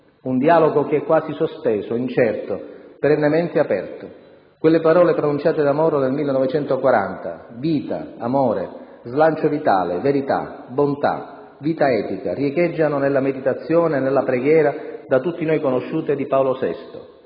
Un dialogo che è quasi sospeso, incerto, perennemente aperto. Quelle parole pronunciate da Moro nel 1940 - vita, amore, slancio vitale, verità, bontà, vita etica - riecheggiano nella meditazione e nella preghiera, da tutti noi conosciuta, di Paolo VI: